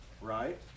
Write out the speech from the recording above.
right